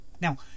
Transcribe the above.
Now